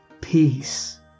peace